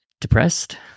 depressed